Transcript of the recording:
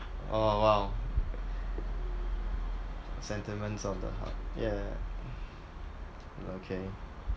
oh !wow! sentiments on the heart yeah yeah okay